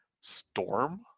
Storm